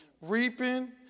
reaping